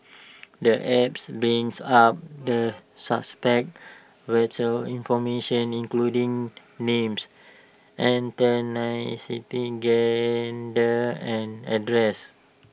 the apps brings up the suspect's vital information including names ethnicity gender and address